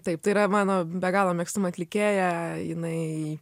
taip tai yra mano be galo mėgstama atlikėja jinai